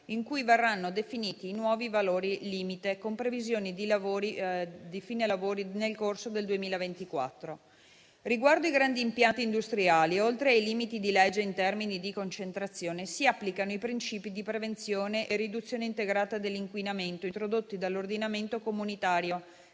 in cui verranno definiti i nuovi valori limite con previsioni di fine lavori nel corso del 2024. Riguardo i grandi impianti industriali, oltre ai limiti di legge in termini di concentrazione, si applicano i principi di prevenzione e riduzione integrata dell'inquinamento introdotti dall'ordinamento comunitario